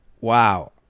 Wow